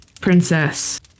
princess